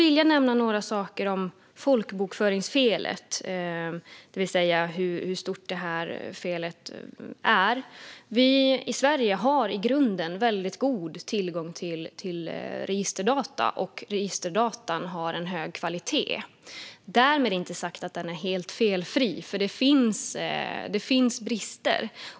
I Sverige har vi i grunden god tillgång till registerdata, och dessa data håller hög kvalitet. Därmed inte sagt att de är helt felfria, för det finns brister.